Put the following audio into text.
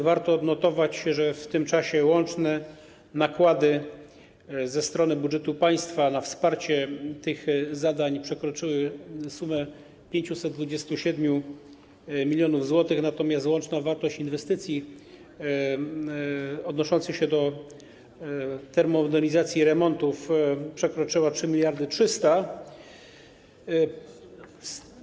Warto odnotować, że w tym czasie łączne nakłady ze strony budżetu państwa na wsparcie tych zadań przekroczyły sumę 527 mln zł, natomiast łączna wartość inwestycji odnoszących się do termomodernizacji i remontów przekroczyła 3 mld 300 zł.